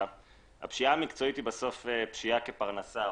הפשיעה המקצועית היא בסוף פשיעה כפרנסה,